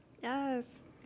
yes